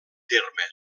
terme